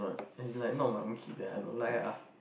as in like not my own kid then I don't like ah